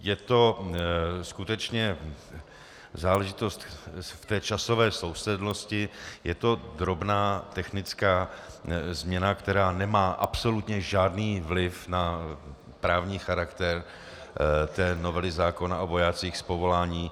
Je to skutečně záležitost v té časové souslednosti, je to drobná technická změna, která nemá absolutně žádný vliv na právní charakter novely zákona o vojácích z povolání.